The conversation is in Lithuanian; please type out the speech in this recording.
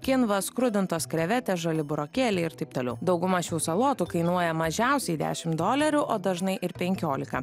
kinva skrudintos krevetės žali burokėliai ir taip toliau dauguma šių salotų kainuoja mažiausiai dešimt dolerių o dažnai ir penkiolika